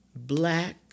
Black